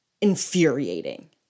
infuriating